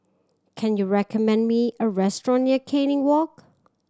can you recommend me a restaurant near Canning Walk